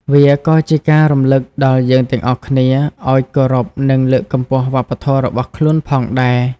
វាក៏ជាការរំលឹកដល់យើងទាំងអស់គ្នាឲ្យគោរពនិងលើកកម្ពស់វប្បធម៌របស់ខ្លួនផងដែរ។